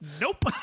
Nope